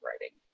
writing